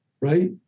right